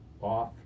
off